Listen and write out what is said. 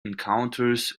encounters